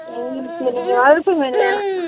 எங்களுக்கு நீங்கள் வலித்த மீன் வேணும்